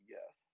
Yes